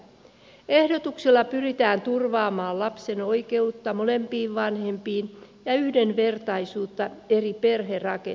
ehdotuksella pyritään turvaamaan lapsen oikeutta molempiin vanhempiin ja yhdenvertaisuutta eri perherakenteissa